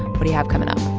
what do you have coming up?